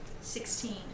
Sixteen